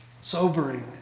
sobering